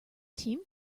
team